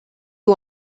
you